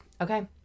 okay